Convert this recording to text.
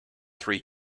three